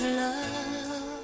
love